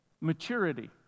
Maturity